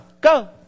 go